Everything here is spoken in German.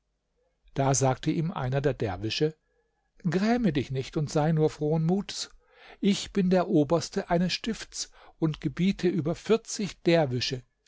da sagte ihm einer der derwische gräme dich nicht und sei nur frohen muts ich bin der oberste eines stifts und gebiete über vierzig derwische